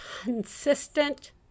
consistent